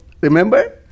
remember